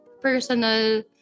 personal